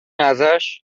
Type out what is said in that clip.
ازش